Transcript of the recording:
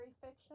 fiction